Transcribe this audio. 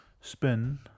Spin